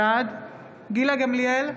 בעד גילה גמליאל,